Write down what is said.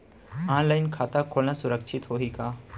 Online खाता खोलना सुरक्षित होही का?